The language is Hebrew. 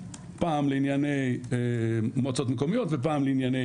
פעם לענייני מועצות מקומיות ופעם לענייני